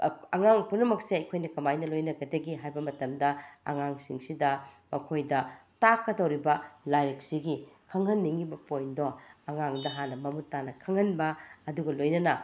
ꯑꯉꯥꯡ ꯄꯨꯝꯅꯃꯛꯁꯦ ꯑꯩꯈꯣꯏꯅ ꯀꯃꯥꯏꯅ ꯂꯣꯏꯅꯒꯗꯒꯦ ꯍꯥꯏꯕ ꯃꯇꯝꯗ ꯑꯉꯥꯡꯁꯤꯡꯁꯤꯗ ꯃꯈꯣꯏꯗ ꯇꯥꯛꯀꯗꯣꯔꯤꯕ ꯂꯥꯏꯔꯤꯛꯁꯤꯒꯤ ꯈꯪꯍꯟꯅꯤꯡꯏꯕ ꯄꯣꯏꯟꯗꯣ ꯑꯉꯥꯡꯗ ꯍꯥꯟꯅ ꯃꯃꯨꯠꯇꯥꯅ ꯈꯪꯍꯟꯕ ꯑꯗꯨꯒ ꯂꯣꯏꯅꯅ